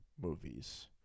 movies